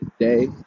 today